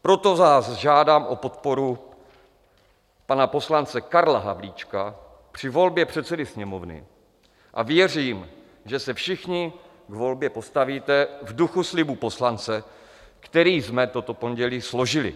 Proto vás žádám o podporu pana poslance Karla Havlíčka při volbě předsedy Sněmovny a věřím, že se všichni k volbě postavíte v duchu slibu poslance, který jsme toto pondělí složili.